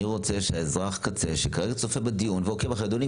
אני רוצה שאזרח הקצה שכרגע צופה בדיון ועוקב אחרי אדוני,